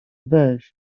weź